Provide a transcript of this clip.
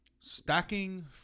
Stacking